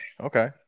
Okay